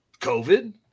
COVID